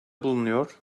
bulunuyor